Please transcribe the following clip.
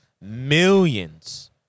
millions